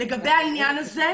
לגבי העניין הזה,